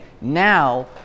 now